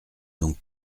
donc